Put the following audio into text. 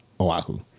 Oahu